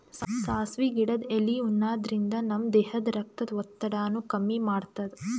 ಸಾಸ್ವಿ ಗಿಡದ್ ಎಲಿ ಉಣಾದ್ರಿನ್ದ ನಮ್ ದೇಹದ್ದ್ ರಕ್ತದ್ ಒತ್ತಡಾನು ಕಮ್ಮಿ ಮಾಡ್ತದ್